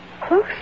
close